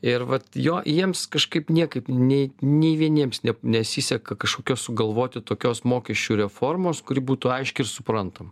ir vat jo jiems kažkaip niekaip nei nei vieniems nesiseka kažkokios sugalvoti tokios mokesčių reformos kuri būtų aiški ir suprantama